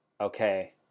okay